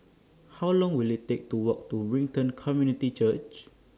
How Long Will IT Take to Walk to Brighton Community Church